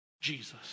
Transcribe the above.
Jesus